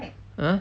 uh